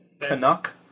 Canuck